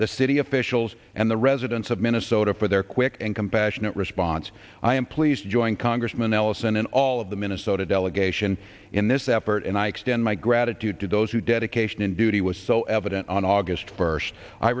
the city officials and the residents of minnesota for their quick and compassionate response i am pleased to join congressman ellison and all of the minnesota delegation in this effort and i extend my gratitude to those who dedication and duty was so evident on august first i